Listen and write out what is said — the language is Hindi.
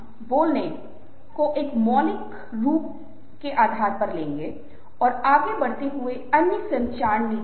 इसलिए इसके साथ मैं इस व्याख्यान को समाप्त करता हूं जो संचार शैलियाँ हैं